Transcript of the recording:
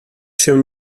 się